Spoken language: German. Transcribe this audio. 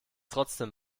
trotzdem